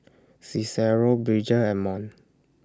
Cicero Bridger and Mont